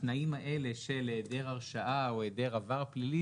התנאים האלה של היעדר הרשעה או היעדר עבר פלילי,